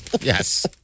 Yes